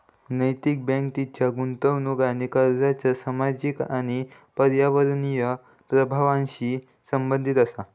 नैतिक बँक तिच्या गुंतवणूक आणि कर्जाच्या सामाजिक आणि पर्यावरणीय प्रभावांशी संबंधित असा